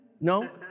No